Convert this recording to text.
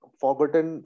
forgotten